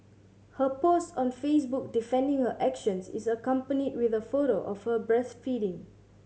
her post on Facebook defending her actions is accompanied with a photo of her breastfeeding